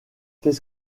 qu’est